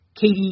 Katie